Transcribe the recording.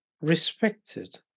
respected